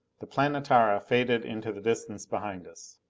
the planetara faded into the distance behind us.